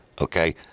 Okay